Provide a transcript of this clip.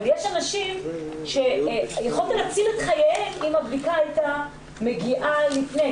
אבל יש אנשים שיכולת להציל את חייהם אם הבדיקה הייתה נערכת לפני,